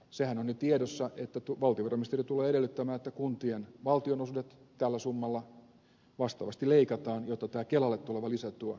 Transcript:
sehän on jo tiedossa että valtiovarainministeri tulee edellyttämään että kuntien valtionosuudet tällä summalla vastaavasti leikataan jotta tämä kelalle tuleva lisätyö voidaan korvata